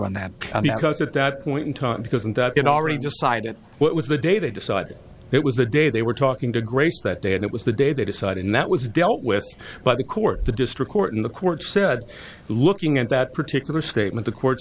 because at that point in time because and that it already decided what was the day they decided it was the day they were talking to grace that day and it was the day they decide and that was dealt with by the court the district court in the court said looking at that particular statement the court